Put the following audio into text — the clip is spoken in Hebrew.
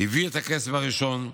שהביא את הכסף הראשון,